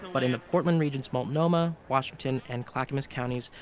but in the portland region's multnomah, washington and clackamas counties,